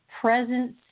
presence